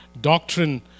doctrine